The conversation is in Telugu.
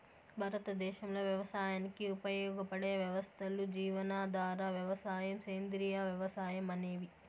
భారతదేశంలో వ్యవసాయానికి ఉపయోగపడే వ్యవస్థలు జీవనాధార వ్యవసాయం, సేంద్రీయ వ్యవసాయం అనేవి